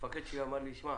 המפקד שלי אמר לי, שמע,